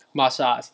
massage